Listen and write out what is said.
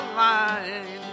line